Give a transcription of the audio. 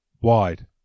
wide